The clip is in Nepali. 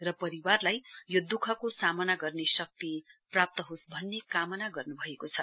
र परिवारलाई यो दुःखको सामना गर्ने शक्ति प्राप्त होस् भन्ने कामना गर्नु भएको छ